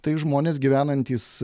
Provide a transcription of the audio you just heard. tai žmonės gyvenantys